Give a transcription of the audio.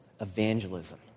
Evangelism